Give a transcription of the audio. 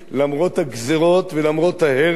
למרות הגזירות ולמרות ההרס,